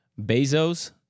Bezos